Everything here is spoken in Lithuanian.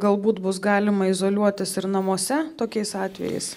galbūt bus galima izoliuotis ir namuose tokiais atvejais